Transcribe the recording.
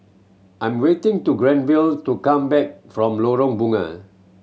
I'm waiting to Granville to come back from Lorong Bunga